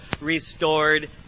restored